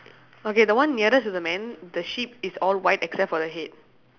okay the one nearest to the man the sheep is all white except for the head